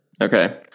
Okay